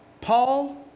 Paul